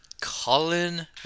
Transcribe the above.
Colin